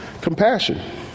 compassion